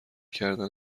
کردن